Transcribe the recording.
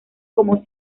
como